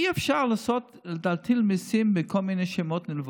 אי-אפשר להטיל מיסים בכל מיני שמות נלווים,